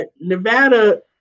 Nevada